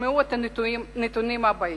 שתשמעו את הנתונים הבאים: